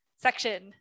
section